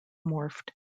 morphed